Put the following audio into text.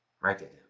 Right